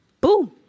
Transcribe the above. boom